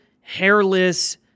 hairless